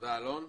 תודה רבה אלון.